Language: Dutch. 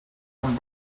een